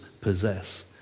possess